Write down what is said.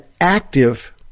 active